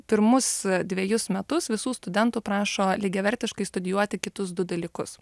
pirmus dvejus metus visų studentų prašo lygiavertiškai studijuoti kitus du dalykus